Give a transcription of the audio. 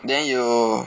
then you